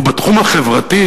ובתחום החברתי,